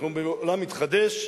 אנחנו בעולם מתחדש,